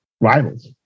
rivals